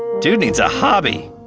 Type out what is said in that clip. dude needs a hobby.